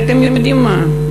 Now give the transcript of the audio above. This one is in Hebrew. אתם יודעים מה?